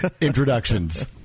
introductions